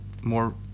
more